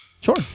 Sure